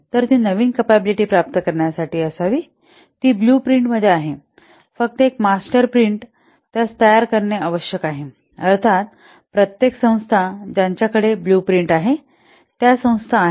तर ती नवीन कपॅबिलिटी प्राप्त करण्यासाठी असावी ती ब्लू प्रिंटमध्ये आहे फक्त एक मास्टर प्रिंट त्यास तयार करणे आवश्यक आहे अर्थात प्रत्येक संस्था ज्यांच्या कडे ब्लु प्रिंट आहे त्या संस्था आहेत